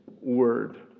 word